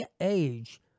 age